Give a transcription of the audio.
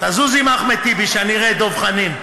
תזוז עם אחמד טיבי, שאני אראה את דב חנין.